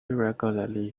regularly